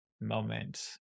moment